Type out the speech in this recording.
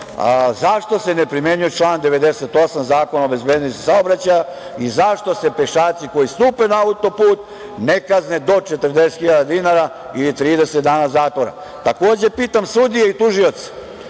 zašto se ne primenjuje član 98. Zakona o bezbednosti saobraćaja i zašto se pešaci koji stupe na autoput ne kazne do 40 hiljada dinara ili 30 dana zatvora? Takođe, pitam sudije i tužioce